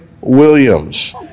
Williams